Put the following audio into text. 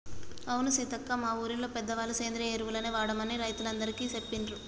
అవును సీతక్క మా ఊరిలో పెద్దవాళ్ళ సేంద్రియ ఎరువులనే వాడమని రైతులందికీ సెప్పిండ్రు